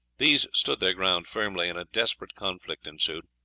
these stood their ground firmly and a desperate conflict ensued.